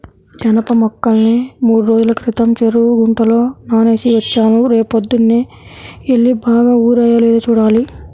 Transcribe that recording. జనప మొక్కల్ని మూడ్రోజుల క్రితం చెరువు గుంటలో నానేసి వచ్చాను, రేపొద్దన్నే యెల్లి బాగా ఊరాయో లేదో చూడాలి